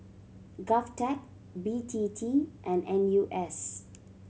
GovTech B T T and N U S